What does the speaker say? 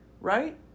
Right